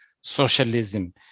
Socialism